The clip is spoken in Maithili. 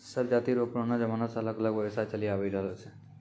सब जाति रो पुरानो जमाना से अलग अलग व्यवसाय चलि आवि रहलो छै